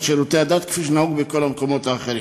שירותי הדת כפי שנהוג בכל המקומות האחרים.